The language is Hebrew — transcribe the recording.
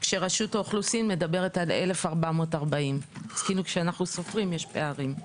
ורשות האוכלוסין מדברת על 1,440. כלומר כשסופרים יש פערים.